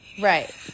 Right